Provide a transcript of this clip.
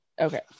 okay